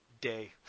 day